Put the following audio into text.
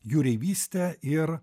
jūreivystę ir